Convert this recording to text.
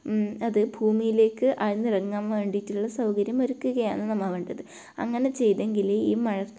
അത് ഭൂമിയിലേക്ക് ആഴ്ന്നിറങ്ങാൻ വേണ്ടിയിട്ടുള്ള സൗകര്യം ഒരുക്കുകയാണ് നമ്മൾ വേണ്ടത് അങ്ങനെ ചെയ്തെങ്കിലേ ഈ മഴ